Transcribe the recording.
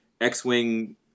X-Wing